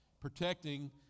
protecting